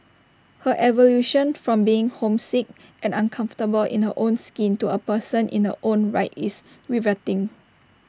her evolution from being homesick and uncomfortable in her own skin to A person in her own right is riveting